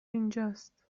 اینجاست